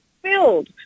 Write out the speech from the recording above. filled